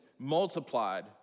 multiplied